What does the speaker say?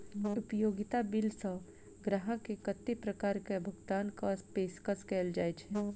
उपयोगिता बिल सऽ ग्राहक केँ कत्ते प्रकार केँ भुगतान कऽ पेशकश कैल जाय छै?